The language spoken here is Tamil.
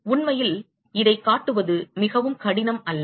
உண்மையில் இதைக் காட்டுவது மிகவும் கடினம் அல்ல